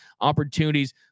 opportunities